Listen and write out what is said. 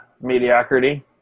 mediocrity